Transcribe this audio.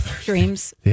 Dreams